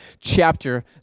chapter